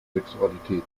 sexualität